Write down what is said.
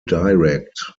direct